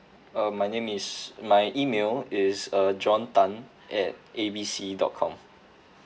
uh my name is my email is uh john tan at A B C dot com